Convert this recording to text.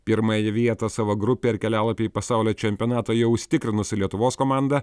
pirmąją vietą savo grupė ir kelialapį į pasaulio čempionato jau užsitikrinusi lietuvos komanda